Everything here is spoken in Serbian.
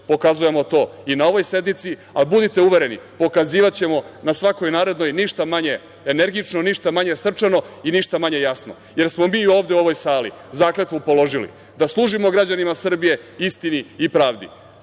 pokazujemo to i na ovoj sednici, ali budite uvereni pokazivaćemo na svakoj narednoj ništa manje energično, ništa manje srčano i ništa manje jasno, jer smo mi ovde u ovoj sali zakletvu položili da služimo građanima Srbije, istini i pravdi.